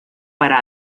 para